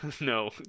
No